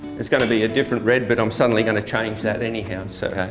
it's going to be a different red, but i'm suddenly going to change that anyhow. so